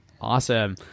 Awesome